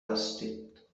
هستید